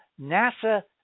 nasa